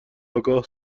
آگاه